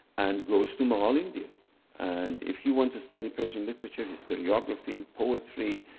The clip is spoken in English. and goes to mohall, india and if you want to study persian literature, the studyography, poetry,